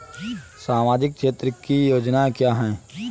सामाजिक क्षेत्र की योजनाएँ क्या हैं?